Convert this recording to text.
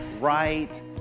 right